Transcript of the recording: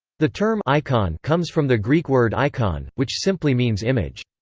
the term icon comes from the greek word eikon, which simply means image.